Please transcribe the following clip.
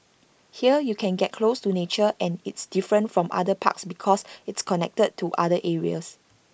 here you can get close to nature and it's different from other parks because it's connected to other areas